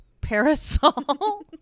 parasol